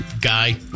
guy